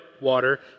water